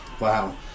Wow